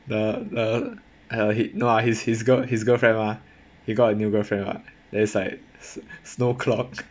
the the uh no ah his his girl~ his girlfriend mah he got a new girlfriend mah then is like snow clock